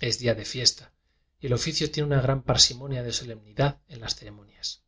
es día de fiesta y el oficio tiene gran parsimonia de solemni dad en las ceremonias